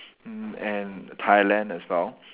mm and Thailand as well